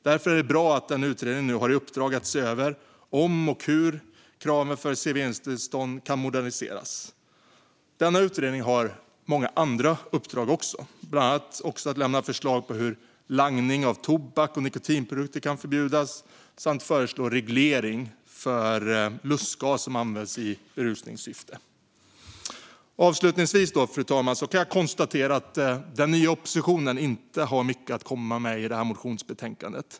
Därför är det bra att en utredning nu har i uppdrag att se över om och hur kraven för serveringstillstånd kan moderniseras. Denna utredning har många andra uppdrag, bland annat att lämna förslag på hur langning av tobak och nikotinprodukter kan förbjudas samt föreslå reglering av lustgas som används i berusningssyfte. Avslutningsvis, fru talman, kan jag konstatera att den nya oppositionen inte har mycket att komma med i detta motionsbetänkande.